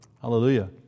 Hallelujah